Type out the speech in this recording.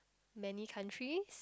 many countries